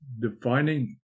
defining